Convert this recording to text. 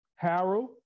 Harold